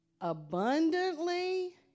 abundantly